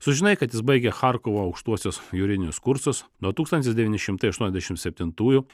sužinai kad jis baigė charkovo aukštuosius juridinius kursus nuo tūkstantis devyni šimtai aštuoniasdešim septintųjų